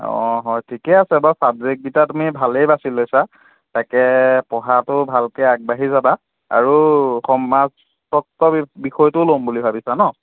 অঁ হয় ঠিকে আছে বাৰু ছাবজেক্টকেইটা তুমি ভালেই বাছি লৈছা তাকে পঢ়াটো ভালকৈ আগবাঢ়ি যাবা আৰু সমাজতত্ব বিষয়টো ল'ম বুলি ভাবিছা ন